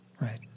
right